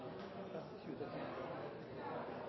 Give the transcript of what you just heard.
får på plass